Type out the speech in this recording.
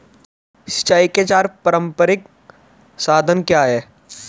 सिंचाई के चार पारंपरिक साधन क्या हैं?